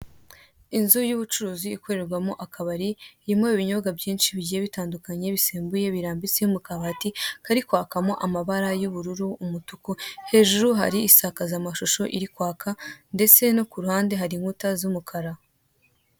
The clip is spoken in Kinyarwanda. Inzu y'ubucuruzi ikorerwamo akabari irimo ibinyobwa byinshi bigiye bitandukanye bisembuye birambitse mukabati karikwakamo amabara y'ubururu umutuku, hejuru hari isakazamashusho iri kwaka ndetse no kuruhande hari inkuta z'umukara.